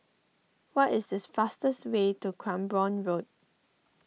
what is this fastest way to Cranborne Road